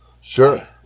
Sure